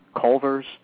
Culver's